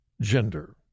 gender